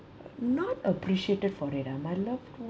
not appreciated for it ah my loved one